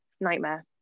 Nightmare